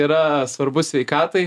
yra svarbu sveikatai